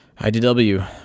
IDW